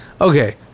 okay